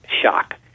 shock